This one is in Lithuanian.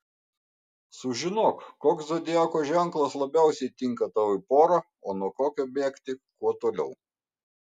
sužinok koks zodiako ženklas labiausiai tinka tau į porą o nuo kokio bėgti kuo toliau